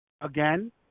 Again